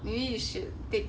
maybe you should take